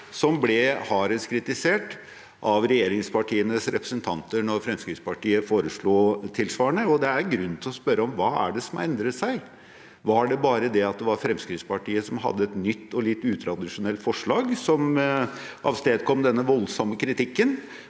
som ble hardest kritisert av regjeringspartienes representanter da Fremskrittspartiet foreslo tilsvarende. Da er det grunn til å spørre hva det er som har endret seg. Var det bare det at det var Fremskrittspartiet som hadde et nytt og litt utradisjonelt forslag, som avstedkom denne voldsomme kritikken